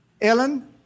Ellen